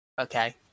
Okay